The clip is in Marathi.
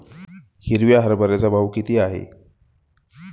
हिरव्या हरभऱ्याचा भाव किती आहे?